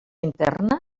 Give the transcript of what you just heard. interna